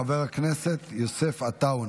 חבר הכנסת יוסף עטאונה,